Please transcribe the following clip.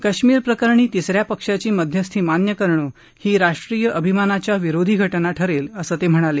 कश्मीर प्रकरणी तिस या पक्षाची मध्यस्थी मान्य करणं ही राष्ट्रीय अभिमाना विरोधी घटना ठरेल असं ते म्हणाले